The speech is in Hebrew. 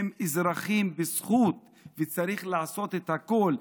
הם אזרחים בזכות וצריך לעשות את הכול,